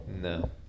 No